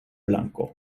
blanko